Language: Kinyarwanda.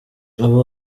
ubu